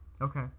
Okay